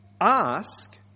Ask